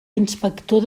inspector